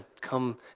come